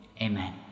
Amen